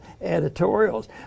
editorials